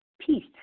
peace